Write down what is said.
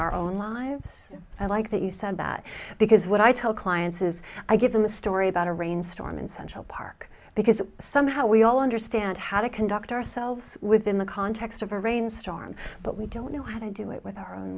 our own lives like that you said that because what i tell clients is i give them a story about a rainstorm in central park because somehow we all understand how to conduct ourselves within the context of a rainstorm but we don't know how to do it with our